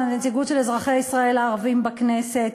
לנציגות של אזרחי ישראל הערבים בכנסת.